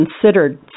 considered